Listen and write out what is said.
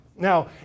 Now